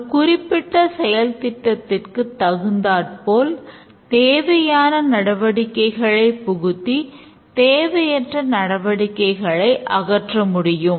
ஒரு குறிப்பிட்ட செயல் திட்டத்திற்கு தகுந்தாற்போல் தேவையான நடவடிக்கைகளை புகுத்தி தேவையற்ற நடவடிக்கைகளை அகற்ற முடியும்